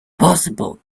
possible